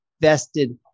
vested